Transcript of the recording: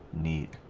neat